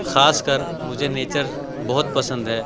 خاص کر مجھے نیچر بہت پسند ہے